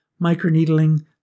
microneedling